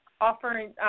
offering